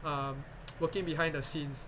um working behind the scenes